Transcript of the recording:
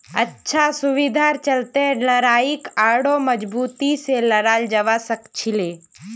अच्छा सुविधार चलते लड़ाईक आढ़ौ मजबूती से लड़ाल जवा सखछिले